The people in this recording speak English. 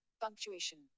punctuation